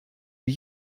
die